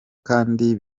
kandi